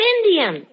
Indian